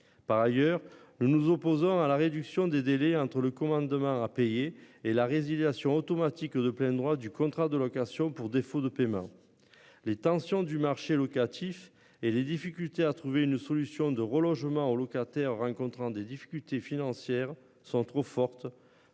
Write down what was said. Par ailleurs, nous nous opposons à la réduction des délais entre le commande demain à payer et la résiliation automatique de plein droit du contrat de location pour défaut de paiement. Les tensions du marché locatif et les difficultés à trouver une solution de relogement aux locataires rencontrant des difficultés financières sont trop fortes